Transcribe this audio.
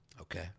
Okay